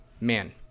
Man